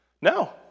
No